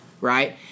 right